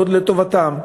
לטובתן.